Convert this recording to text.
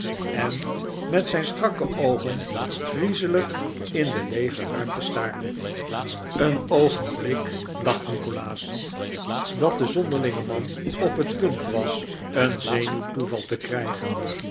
en met zijn strakke oogen griezelig in de leege ruimte staarde een oogenblik dacht nikolaas dat de zonderlinge man op het punt was een zenuwtoeval te krijgen